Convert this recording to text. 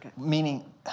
meaning